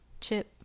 chip